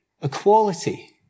equality